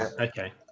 Okay